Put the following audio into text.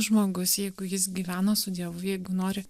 žmogus jeigu jis gyvena su dievu jeigu nori